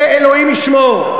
זה אלוהים ישמור.